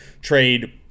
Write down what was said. trade